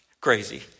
crazy